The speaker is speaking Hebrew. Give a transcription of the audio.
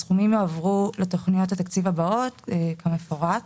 הסכומים יועברו לתוכניות התקציב הבאות כמפורט: